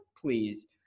Please